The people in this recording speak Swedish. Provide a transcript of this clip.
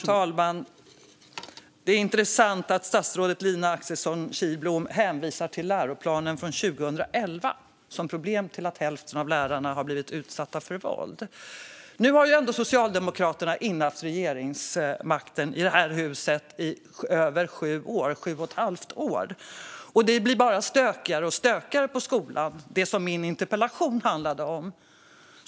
Fru talman! Det är intressant att statsrådet Lina Axelsson Kihlblom hänvisar till läroplanen från 2011 som orsak till att hälften av lärarna har blivit utsatta för våld. Nu har Socialdemokraterna innehaft regeringsmakten i över sju år - sju och ett halvt år - och det blir bara stökigare och stökigare i skolan. Det är det som min interpellation handlar om.